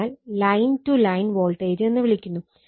അതിനാൽ line to line voltage എന്ന് വിളിക്കുന്നു